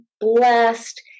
blessed